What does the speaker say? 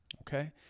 okay